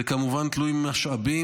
זה כמובן תלוי משאבים,